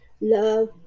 love